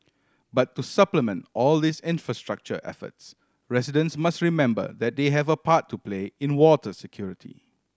but to supplement all these infrastructure efforts residents must remember that they have a part to play in water security